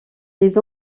les